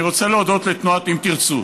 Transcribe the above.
אני רוצה להודות לתנועת אם תרצו,